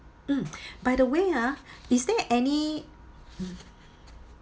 mm by the way ah is there any